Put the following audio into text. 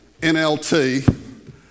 NLT